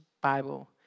Bible